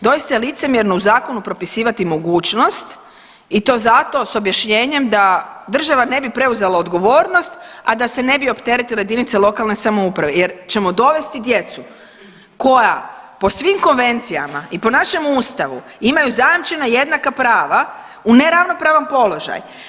Doista je licemjerno u zakonu propisivati mogućnost i to zato s objašnjenjem da država ne bi preuzela odgovornost a da se ne bi opteretile jedinice lokalne samouprave, jer ćemo dovesti djecu koja po svim konvencijama i po našem Ustavu imaju zajamčena jednaka prava u neravnopravan položaj.